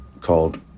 called